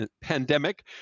pandemic